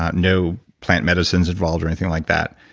no plant medicines involved or anything like that.